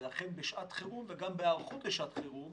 לכן, בשעת חירום וגם בהיערכות לשעת חירום,